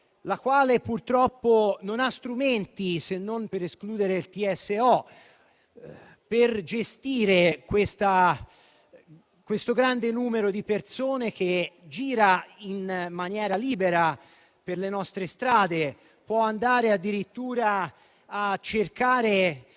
purtroppo, non ha strumenti, se non il TSO, per gestire questo grande numero di persone, che gira in maniera libera per le nostre strade, che può andare addirittura a cercare